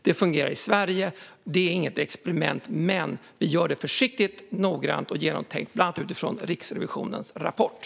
Det här är inget experiment, men vi gör det försiktigt, noggrant och genomtänkt utifrån bland annat Riksrevisionens rapport.